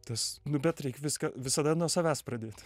tas nu bet reik viską visada nuo savęs pradėti